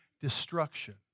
destruction